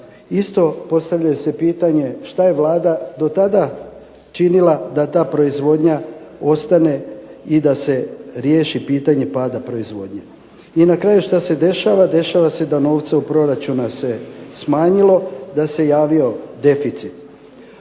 Isto se postavlja pitanje što je Vlada do tada činila da ta proizvodnja ostane i da se riješi pitanje pada proizvodnje. I na kraju što se dešava? Dešava se da novca u proračunu smanjilo da se javio deficit.